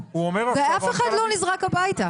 ואף אחד לא נזרק הביתה.